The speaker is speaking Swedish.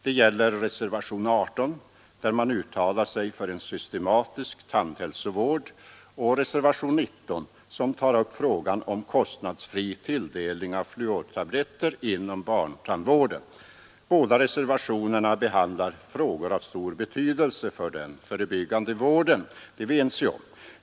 Det gäller reservationen 18, där man uttalar sig för en systematisk tandhälsovård, och reservationen 19, som tar upp frågan om kostnadsfri tilldelning av fluortabletter inom barntandvården. Båda reservationerna behandlar ju frågor av stor betydelse för den förebyggande vården.